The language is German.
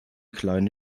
kleine